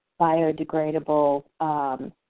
biodegradable